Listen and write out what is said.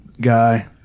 guy